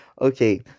Okay